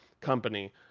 company